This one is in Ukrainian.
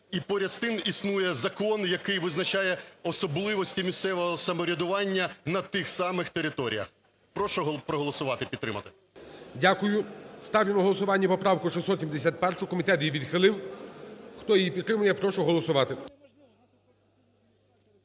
І поряд з тим існує закон, який визначає особливості місцевого самоврядування на тих самих територіях. Прошу проголосувати і підтримати. ГОЛОВУЮЧИЙ. Дякую. Ставлю на голосування поправку 671, комітет її відхилив. Хто її підтримує, я прошу голосувати.